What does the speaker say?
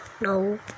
no